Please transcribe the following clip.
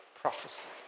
prophecy